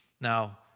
Now